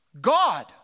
God